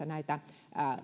näitä